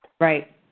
Right